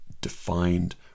defined